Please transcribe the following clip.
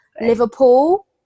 Liverpool